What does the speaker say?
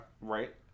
Right